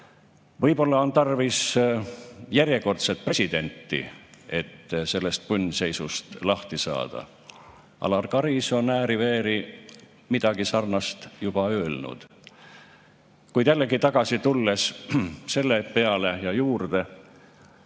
Võib-olla on tarvis järjekordselt presidenti, et sellest punnseisust lahti saada? Alar Karis on ääri-veeri midagi sarnast juba öelnud. Kuid tulen jällegi tagasi selle juurde,